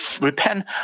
repent